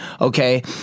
okay